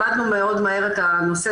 למדנו מאוד מהר את הנושא,